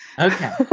Okay